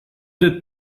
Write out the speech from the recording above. they